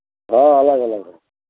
हाँ अलग अलग है